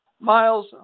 Miles